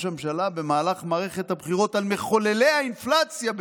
הממשלה במהלך מערכת הבחירות על מחוללי האינפלציה.